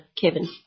Kevin